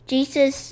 Jesus